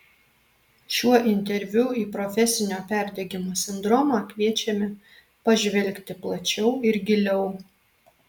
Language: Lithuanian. šiuo interviu į profesinio perdegimo sindromą kviečiame pažvelgti plačiau ir giliau